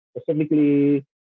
specifically